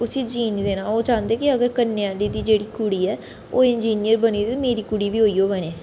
उसी जीन नेईंं देना ओह् चांह्दे कि अगर कन्नै आह्ली दी जेह्ड़ी कुड़ी ऐ ओह् इंजिनियर बनी दी ऐ ते मेरी कुड़ी बी ओह् गै बनै